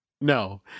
No